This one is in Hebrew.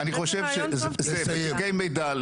לא נותנים תיקי מידע.